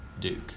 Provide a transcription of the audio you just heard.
Duke